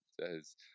says